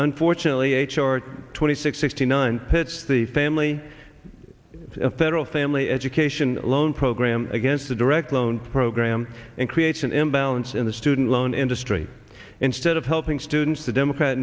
unfortunately h r twenty six sixty nine pitch the family of federal family education loan program against the direct loan program and creates an imbalance in the student loan industry instead of helping students to democrat